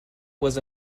was